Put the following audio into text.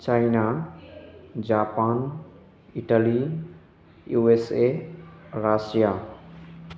China Japan Italy U S A Russia